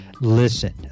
Listen